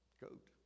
Goat